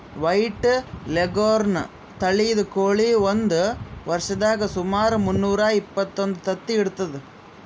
white leghorn ತಳಿದ್ ಕೋಳಿ ಒಂದ್ ವರ್ಷದಾಗ್ ಸುಮಾರ್ ಮುನ್ನೂರಾ ಎಪ್ಪತ್ತೊಂದು ತತ್ತಿ ಇಡ್ತದ್